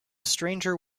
stranger